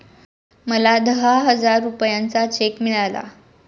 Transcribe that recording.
मला दहा हजार रुपयांचा चेक मिळाला